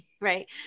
right